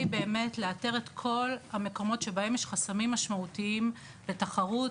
באמת לאתר את כל המקומות שבהם יש חסמים משמעותיים בתחרות,